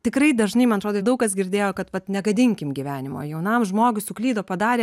tikrai dažnai man atrodo daug kas girdėjo kad vat negadinkim gyvenimo jaunam žmogui suklydo padarė